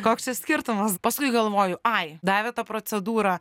koks čia skirtumas paskui galvoju ai davė tą procedūrą